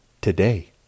today